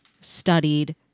studied